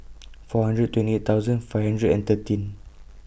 four hundred and twenty eight thousand five hundred and thirteen